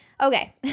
Okay